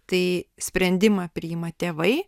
tai sprendimą priima tėvai